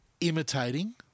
imitating